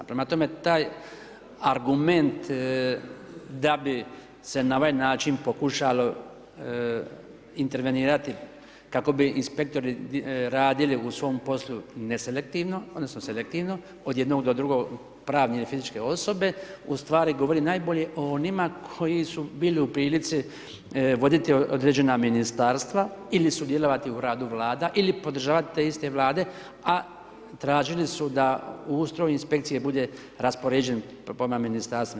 Prema tome, taj argument da bi se na ovaj način pokušalo intervenirati kako bi inspektori radili u svom poslu neselektivno odnosno selektivno od jednog do drugog pravne ili fizičke osobe u stvari govori najbolje o onima koji su bili u prilici voditi određena Ministarstva ili sudjelovati u radu Vlada ili podržavati te iste Vlade, a tražili su da ustroj Inspekcije bude raspoređen prema Ministarstvima.